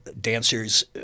dancers